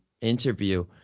interview